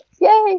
Yay